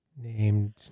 named